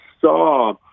saw